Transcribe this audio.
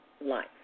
life